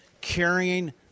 carrying